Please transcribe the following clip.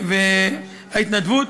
ההתנדבות,